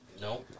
no